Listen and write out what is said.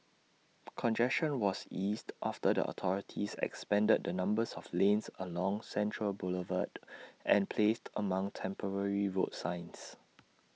congestion was eased after the authorities expanded the number of lanes along central Boulevard and placed among temporary road signs